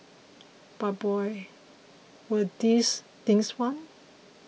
but boy were diss things fun